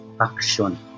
Action